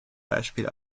beispiel